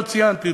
לא ציינתי,